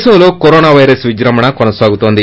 దేశంలో corona virus విజృంభణ కొనసాతోంది